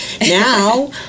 Now